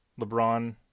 LeBron